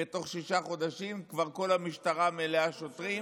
ותוך שישה חודשים כל המשטרה כבר מלאה שוטרים,